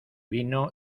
vino